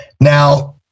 Now